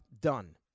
done